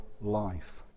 life